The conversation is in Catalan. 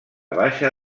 baixa